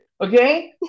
Okay